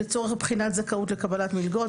לצורך בחינת זכאות לקבלת מלגות,